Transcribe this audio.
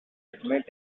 admit